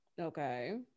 Okay